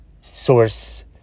source